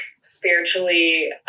spiritually